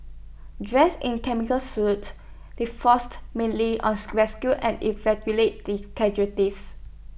dressed in chemical suits they forced mainly us rescue and the casualties